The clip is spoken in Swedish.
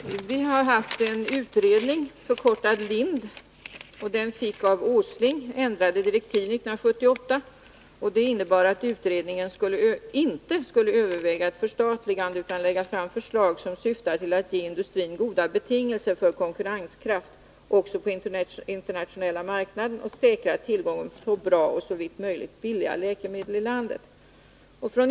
Herr talman! Vi har haft en utredning, som förkortat kallades LIND. Den fick av Nils Åsling ändrade direktiv 1978, innebärande att utredningen inte skulle överväga ett förstatligande utan lägga fram förslag som syftade till att ge industrin goda betingelser för konkurrenskraft, också på den internationella marknaden, och säkra tillgången på bra och såvitt möjligt billiga läkemedel i landet.